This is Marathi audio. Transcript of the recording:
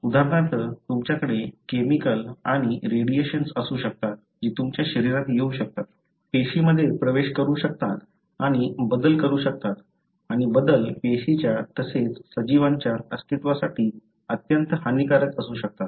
उदाहरणार्थ तुमच्याकडे केमिकल आणि रेडिएशन्स असू शकतात जी तुमच्या शरीरात येऊ शकतात पेशीमध्ये प्रवेश करू शकतात आणि बदल करू शकतात आणि बदल पेशीच्या तसेच सजीवांच्या अस्तित्वासाठी अत्यंत हानिकारक असू शकतात